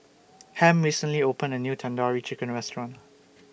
Ham recently opened A New Tandoori Chicken Restaurant